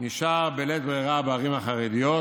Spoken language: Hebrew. נשאר בלית ברירה בערים החרדיות,